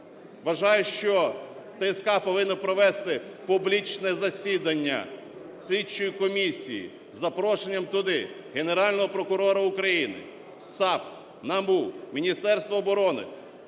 Вважаю, що ТСК повинно провести публічне засідання слідчої комісії з запрошенням туди Генерального прокурора України, САП, НАБУ, Міністерства оборони,